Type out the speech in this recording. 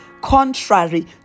contrary